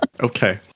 Okay